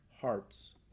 hearts